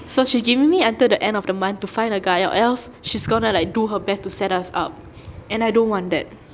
so she's giving me until the end of the month to find a guy or else she's going to like do her best to set us up and I don't want that